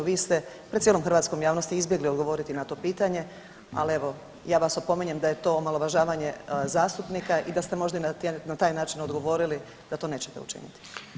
Vi ste pred cijelom hrvatskom javnosti izbjegli odgovoriti na to pitanje, ali evo ja vas opominjem da je to omalovažavanje zastupnika i da ste možda na taj način odgovorili da to nećete učiniti.